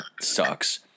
sucks